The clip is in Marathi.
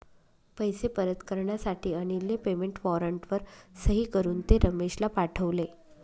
पैसे परत करण्यासाठी अनिलने पेमेंट वॉरंटवर सही करून ते रमेशला पाठवले